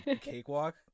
cakewalk